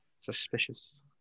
Suspicious